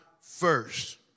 first